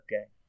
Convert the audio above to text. Okay